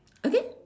okay